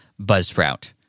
buzzsprout